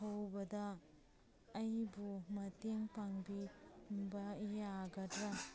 ꯍꯧꯕꯗ ꯑꯩꯕꯨ ꯃꯇꯦꯡ ꯄꯥꯡꯕꯤꯕ ꯌꯥꯒꯗ꯭ꯔꯥ